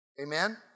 Amen